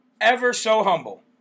ever-so-humble